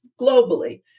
globally